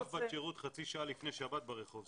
אף בת שירות חצי שעה לפני שבת ברחוב.